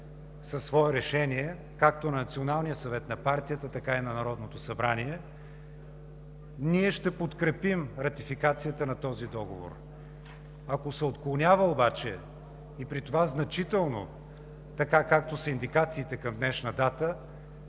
със свое решение, както Националният съвет на партията, така и на Народното събрание, ние ще подкрепим ратификацията на този договор. Ако се отклонява обаче – и при това значително, така както са индикациите към днешна дата,